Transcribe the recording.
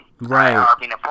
Right